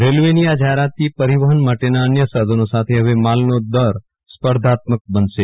રેલ્વની આ જાહેરાતથી પરિવહન માટેના અન્ય સાધનો સાથે હવે માલનો દર સ્પર્ધાત્મક બનશે